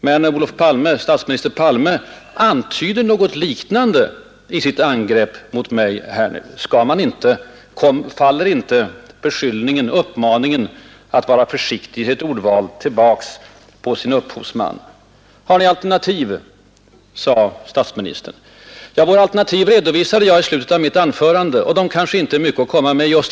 Men när statsminister Palme själv antyder något liknande i sitt angrepp mot mig här nu, då faller uppmaningen till mig att vara ”försiktig i ordvalet”, tillbaka på sin upphovsman? Har ni alternativ, frågade statsministern. Våra alternativ redovisade jag i slutet av mitt anförande. De kanske inte är mycket att komma med i dag.